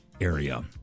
area